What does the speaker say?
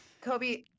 Kobe